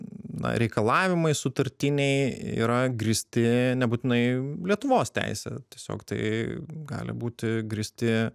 na reikalavimai sutartiniai yra grįsti nebūtinai lietuvos teise tiesiog tai gali būti grįsti